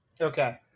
Okay